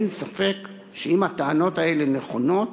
אין ספק שאם הטענות האלה נכונות,